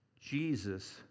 Jesus